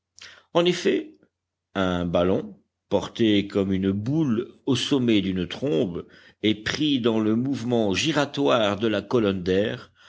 en effet un ballon porté comme une boule au sommet d'une trombe et pris dans le mouvement giratoire de la colonne d'air